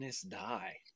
die